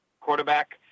quarterback